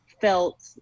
felt